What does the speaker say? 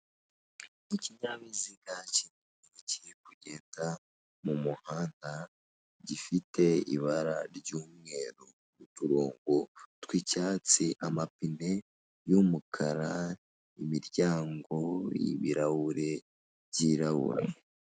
Ikinyabiziga kiri kugenda mumuhanda gifite ibara ry'umweru uturongo tw'icyatsi amapine y'umukara imiryango y'ibirahure byirabura.